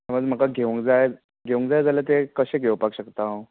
समज म्हाका घेवंक जाय घेवंक जाय जाल्या तें कशें घेवपाक शकता हांव